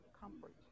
comfort